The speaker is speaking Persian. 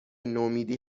نومیدی